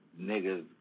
niggas